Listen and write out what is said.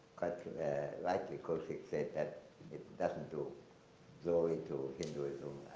quite rightly kaushik said that it doesn't do draw into hinduism